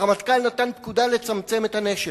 הרמטכ"ל נתן פקודה לצמצם את הנשר.